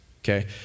okay